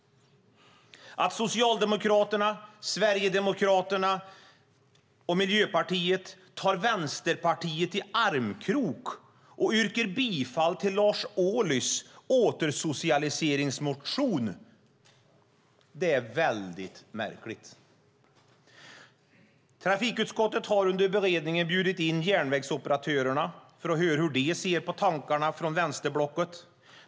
Att Socialdemokraterna, Sverigedemokraterna och Miljöpartiet går i armkrok med Vänsterpartiet och yrkar bifall till Lars Ohlys återsocialiseringsmotion är mycket märkligt. Trafikutskottet har under beredningen bjudit in järnvägsoperatörerna för att höra hur de ser på tankarna från vänsterblocket.